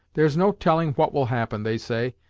there's no telling what will happen, they say,